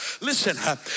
Listen